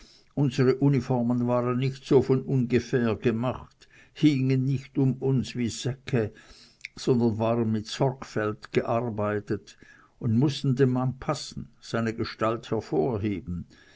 unsere uniformen waren nicht so von ungefähr gemacht hingen nicht um uns wie säcke sondern waren mit sorgfalt gearbeitet und mußten dem mann passen seine gestalt hervorheben